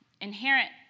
Inherent